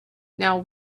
now